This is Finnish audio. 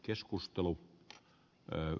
arvoisa puhemies